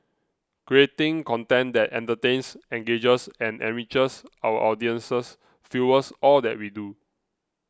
creating content that entertains engages and enriches our audiences fuels all that we do